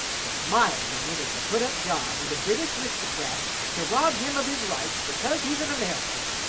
it's my opinion it's a put-up job o' the british ristycrats to rob him of his rights because he's an american.